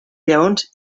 lleons